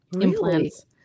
implants